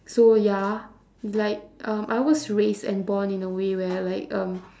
so ya like um I was raised and born in a way where like um